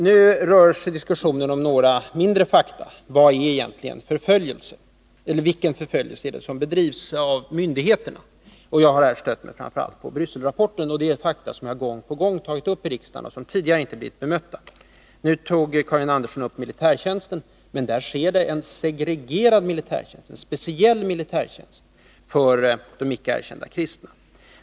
Nu gäller diskussionen några mindre fakta. Vilken förföljelse är det som bedrivs av myndigheterna? Jag har här stött mig framför allt på Brysselrapporten. Det är fakta som jag gång på gång har tagit upp i riksdagen och som tidigare inte har blivit bemötta. Karin Andersson tog nu upp militärtjänsten. Men det förekommer en segregerad militärtjänst, en speciell militärtjänst för de icke erkända kristna.